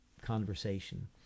conversation